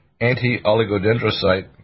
anti-oligodendrocyte